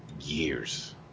years